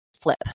flip